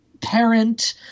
parent